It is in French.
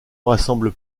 rassemble